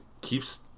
keeps